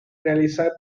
realizar